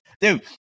Dude